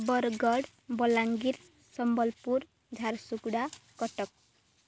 Bargarh Balangir Sambalpur Jharsuguda Cuttack